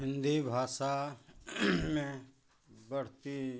हिन्दी भाषा में बढ़ती